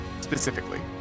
Specifically